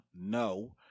no